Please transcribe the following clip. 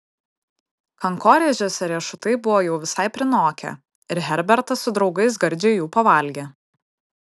kankorėžiuose riešutai buvo jau visai prinokę ir herbertas su draugais gardžiai jų pavalgė